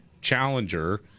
challenger